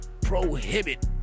prohibit